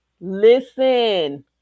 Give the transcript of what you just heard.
Listen